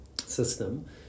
system